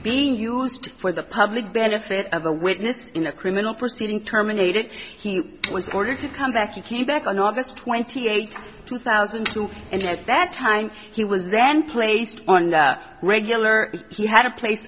being used for the public benefit of a witness in a criminal proceeding terminated he was ordered to come back you came back on august twenty eighth two thousand and ten at that time he was then placed on regular he had a place